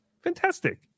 Fantastic